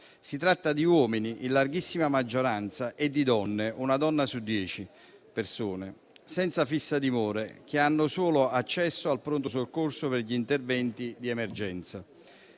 Si tratta di uomini, in larghissima maggioranza, e di donne, una ogni dieci persone senza fissa dimora, che hanno solo accesso al pronto soccorso per gli interventi di emergenza